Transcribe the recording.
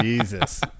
jesus